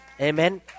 Amen